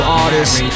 artists